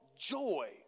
Joy